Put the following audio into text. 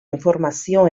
informazio